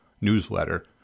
newsletter